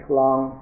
long